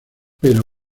pero